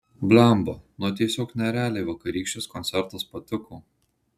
blemba nu tiesiog nerealiai vakarykštis koncertas patiko